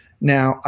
Now